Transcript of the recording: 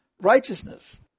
righteousness